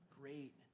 great